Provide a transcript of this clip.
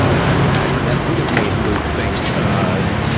i would imagine that would have made luke think, ah,